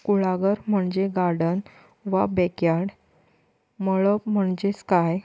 कुळागर म्हणजें गार्डन वा बेकयार्ड मळब म्हणजें स्काय